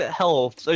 health